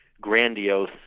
grandiose